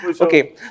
Okay